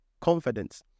confidence